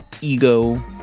Ego